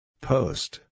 Post